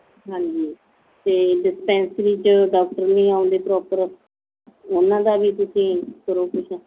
ਹਾਂਜੀ ਅਤੇ ਡਿਸਪੈਂਸਰੀ 'ਚ ਡੋਕਟਰ ਨਹੀਂ ਆਉਂਦੇ ਪ੍ਰੋਪਰ ਉਹਨਾਂ ਦਾ ਵੀ ਤੁਸੀਂ ਕਰੋ ਕੁਛ